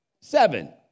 seven